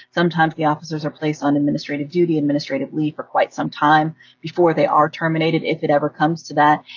sometimes the officers are placed on administrative duty, administrative leave for quite some time before they are terminated, if it ever comes to that.